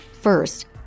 First